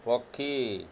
ପକ୍ଷୀ